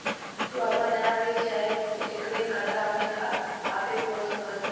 तू आपन नया फिक्स चाहे रिकरिंग खाता अपने आपे खोल सकला